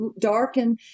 darken